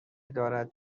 دارد